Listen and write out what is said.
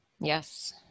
Yes